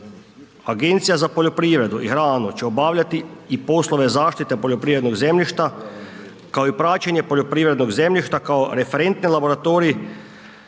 Agencija za poljoprivredu i hranu će obavljati i poslove zaštite poljoprivrednog zemljišta, kao i praćenje poljoprivrednog zemljišta kao referentni laboratorij,